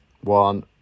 one